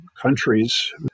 countries